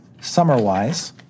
Summerwise